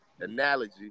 analogy